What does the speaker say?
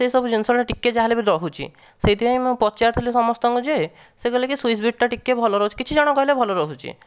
ସେସବୁ ଜିନିଷ ଗୁଡ଼ା ଟିକେ ଯାହା ହେଲେବି ରହୁଛି ସେଥିପାଇଁ ମୁଁ ପଚାରିଥିଲି ସମସ୍ତଙ୍କୁ ଯେ ସେ କହିଲେ ସୁଇସ୍ ବିୟୁଟି ଟିକେ ଭଲ ରହୁଛି କିଛି ଜଣ କହିଲେ ଭଲ ରହୁଛି